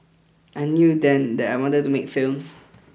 I knew then that I wanted to make films